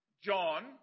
John